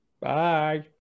Bye